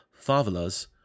favelas